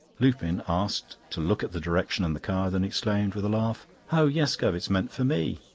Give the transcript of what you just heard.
lupin asked to look at the direction and the card, and exclaimed, with a laugh oh yes, guv, it's meant for me.